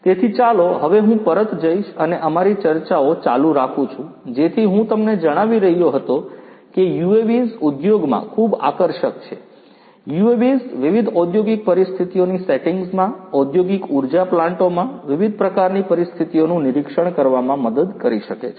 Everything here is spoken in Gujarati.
તેથી ચાલો હવે હું પરત જઈશ અને અમારી ચર્ચાઓ ચાલુ રાખું છું જેથી હું તમને જણાવી રહ્યો હતો કે UAVs ઉદ્યોગમાં ખૂબ આકર્ષક છે UAVs વિવિધ ઔંદ્યોગિક પરિસ્થિતિઓની સેટિંગ્સમાં ઔંદ્યોગિક ઊર્જા પ્લાન્ટોમાં વિવિધ પ્રકારની પરિસ્થિતિઓનું નિરીક્ષણ કરવામાં મદદ કરી શકે છે